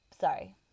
sorry